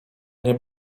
nie